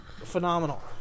phenomenal